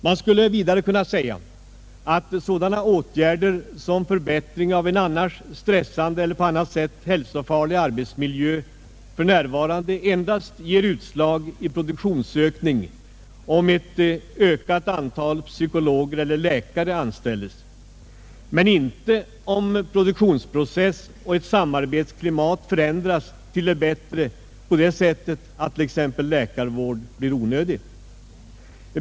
Man skulle vidare kunna säga att sådana åtgärder som förbättring av en annars stressande eller på annat sätt hälsofarlig arbetsmiljö f. n. endast ger utslag i produktionsökning, om ett ökat antal psykologer eller läkare anställes, men inte om en produktionsprocess och ett samarbetsklimat förändras till det bättre på det sättet, att den t.ex. gör läkarvård onödig.